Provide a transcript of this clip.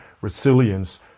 resilience